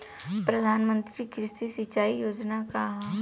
प्रधानमंत्री कृषि सिंचाई योजना का ह?